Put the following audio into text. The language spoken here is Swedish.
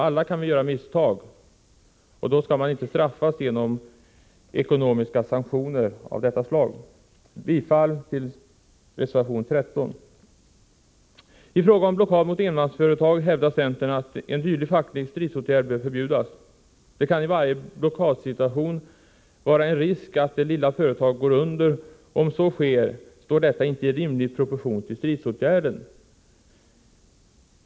Alla kan vi göra misstag och skall då inte straffas med ekonomiska sanktioner av detta slag. Bifall till reservation 13. I fråga om blockad mot enmansföretag hävdar centern att en dylik facklig stridsåtgärd bör förbjudas. Det kan i varje blockadsituation vara en risk att det lilla företaget går under, och om så sker står detta inte i rimlig proportion till stridsåtgärden.